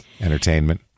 entertainment